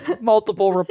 Multiple